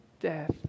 death